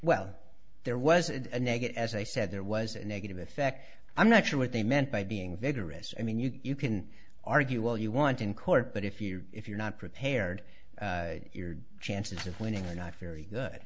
well there was a negative as they said there was a negative effect i'm not sure what they meant by being vigorous i mean you can argue all you want in court but if you if you're not prepared your chances of winning are not very good